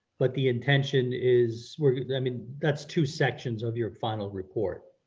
but the intention is, i mean, that's two sections of your final report.